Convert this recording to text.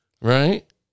Right